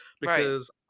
because-